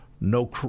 no